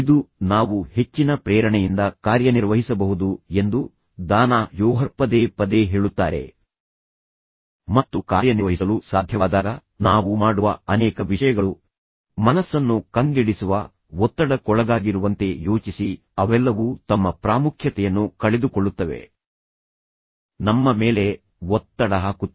ಇದು ನಾವು ಹೆಚ್ಚಿನ ಪ್ರೇರಣೆಯಿಂದ ಕಾರ್ಯನಿರ್ವಹಿಸಬಹುದು ಎಂದು ದಾನಾಹ್ ಜೋಹರ್ ಪದೇ ಪದೇ ಹೇಳುತ್ತಾರೆ ಮತ್ತು ನಾವು ಹೆಚ್ಚಿನ ಪ್ರೇರಣೆಯಿಂದ ಕಾರ್ಯನಿರ್ವಹಿಸಲು ಸಾಧ್ಯವಾದಾಗ ನಾವು ಮಾಡುವ ಅನೇಕ ವಿಷಯಗಳು ಮನಸ್ಸನ್ನು ಕಂಗೆಡಿಸುವ ಒತ್ತಡಕ್ಕೊಳಗಾಗಿರುವಂತೆ ಯೋಚಿಸಿ ಅವೆಲ್ಲವೂ ತಮ್ಮ ಪ್ರಾಮುಖ್ಯತೆಯನ್ನು ಕಳೆದುಕೊಳ್ಳುತ್ತವೆ ನಮ್ಮ ಮೇಲೆ ಒತ್ತಡಹಾಕುತ್ತವೆ